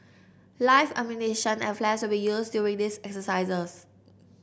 live ammunition and flares will be used during these exercises